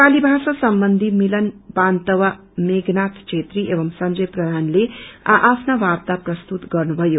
नेपाली भाषा सम्बन्धी मिलन वान्तवा मेषनाथ छेत्री एवं संजय प्रधानले आ आफ्ना वार्ता प्रस्तुत गर्नुभयो